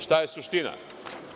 Šta je suština?